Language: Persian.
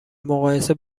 مقایسه